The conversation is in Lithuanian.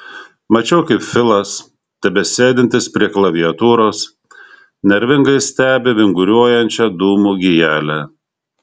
mačiau kaip filas tebesėdintis prie klaviatūros nervingai stebi vinguriuojančią dūmų gijelę